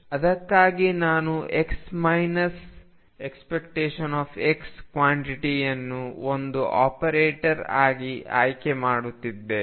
ಅದಕ್ಕಾಗಿ ನಾನು x ⟨x⟩ ಕ್ವಾಂಟಿಟಿಅನ್ನು ಒಂದು ಆಪರೇಟರ್ ಆಗಿ ಆಯ್ಕೆ ಮಾಡುತ್ತೇನೆ